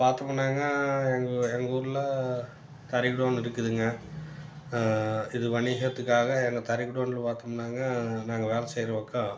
பாத்தோமுனாங்க எங் எங்கூரில் தறி குடோன் இருக்குதுங்க இது வணிகத்துக்காக எங்கள் தறி குடோனில் பாத்தோமுனாங்க நாங்கள் வேலே செய்கிற பக்கம்